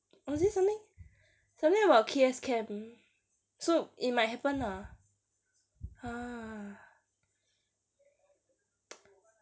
or is it something something about K_S camp so it might happen lah